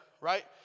right